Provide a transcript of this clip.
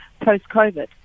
post-COVID